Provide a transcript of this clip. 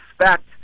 respect